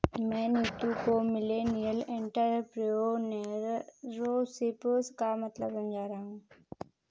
मैं नीतू को millennial entrepreneurship का मतलब समझा रहा हूं